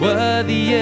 Worthy